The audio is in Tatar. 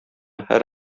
һәр